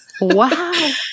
Wow